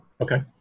Okay